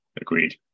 Agreed